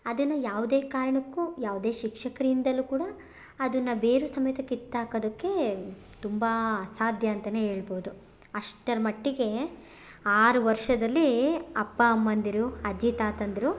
ಅದನ್ನು ಯಾವುದೇ ಕಾರಣಕ್ಕೂ ಯಾವುದೇ ಶಿಕ್ಷಕರಿಂದಲೂ ಕೂಡ ಅದನ್ನ ಬೇರು ಸಮೇತ ಕಿತ್ತಾಕೋದಕ್ಕೆ ತುಂಬ ಅಸಾಧ್ಯ ಅಂತಾನೇ ಹೇಳ್ಬೋದು ಅಷ್ಟರ ಮಟ್ಟಿಗೆ ಆರು ವರ್ಷದಲ್ಲಿ ಅಪ್ಪ ಅಮ್ಮಂದಿರು ಅಜ್ಜಿ ತಾತಂದಿರು